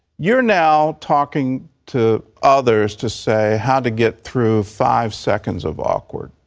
you're now talking to others to say how to get through five seconds of awkward.